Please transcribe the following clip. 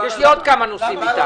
יש לי עוד כמה נושאים איתם.